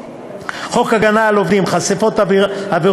11. חוק הגנה על עובדים (חשיפת עבירות